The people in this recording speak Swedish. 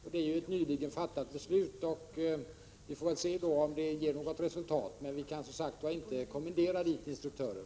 Beslutet om det har nyligen fattats, och vi får se om det ger något resultat. Men vi kan inte kommendera dit instruktörer!